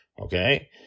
okay